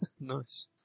Nice